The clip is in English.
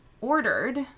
ordered